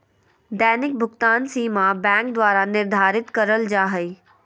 दैनिक भुकतान सीमा बैंक द्वारा निर्धारित करल जा हइ